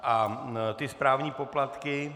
A ty správní poplatky?